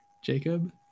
Jacob